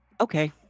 Okay